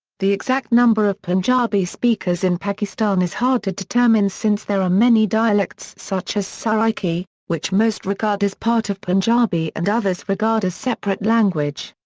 the exact number of punjabi speakers in pakistan is hard to determine since there are many dialects such as saraiki, which most regard as part of punjabi and others regard as separate language.